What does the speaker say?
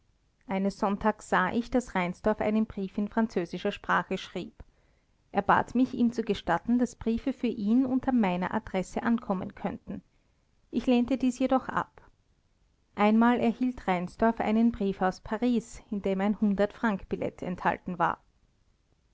eines sonntags sah ich daß reinsdorf einen brief in französischer sprache schrieb er bat mich ihm zu gestatten daß briefe für ihn unter meiner adresse ankommen könnten ich lehnte dies jedoch ab einmal erhielt reinsdorf einen brief aus paris in dem ein hundert frank billett enthalten war